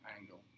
angle